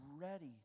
ready